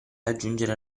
aggiungere